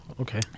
Okay